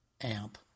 amp